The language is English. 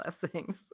blessings